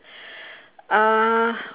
uh